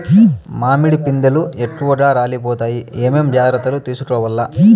మామిడి పిందెలు ఎక్కువగా రాలిపోతాయి ఏమేం జాగ్రత్తలు తీసుకోవల్ల?